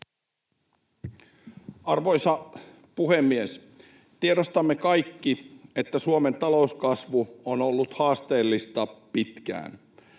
Arvoisa puhemies! Tiedostamme kaikki, että Suomen talouskasvu on ollut haasteellista pitkään.